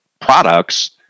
products